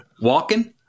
Walking